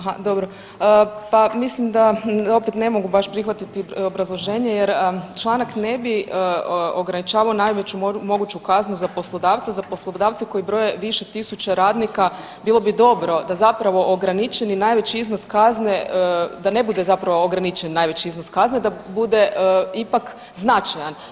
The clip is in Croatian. Aha, dobro, pa mislim da opet ne mogu baš prihvatiti obrazloženje jer članak ne bi ograničavao najveću moguću kaznu za poslodavca, za poslodavce koji broje više tisuća radnika bilo bi dobro da zapravo ograničeni najveći iznos kazne, da ne bude zapravo ograničen najveći iznos kazne, da bude ipak značajan.